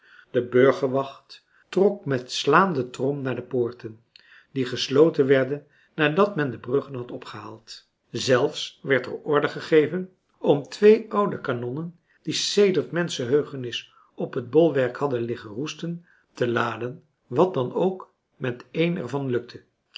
de burgerwacht trok met slaande trom naar de poorten die gesloten werden nadat men de bruggen had opgehaald zelfs werd er order gegeven om twee oude kanonnen die sedert menschenheugenis op het bolwerk hadden liggen roesten te laden wat dan ook met een er van lukte